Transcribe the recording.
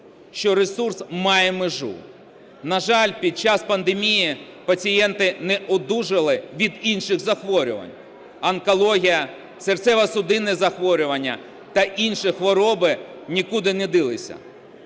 що ресурс має межу. На жаль, під час пандемії пацієнти не одужали від інших захворювань. Онкологія, серцево-судинні захворювання та інші хвороби нікуди не ділися.